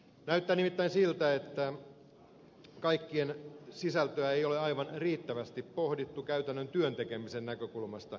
näyttää nimittäin siltä että kaikkien sisältöä ei ole aivan riittävästi pohdittu käytännön työn tekemisen näkökulmasta